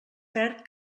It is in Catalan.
perd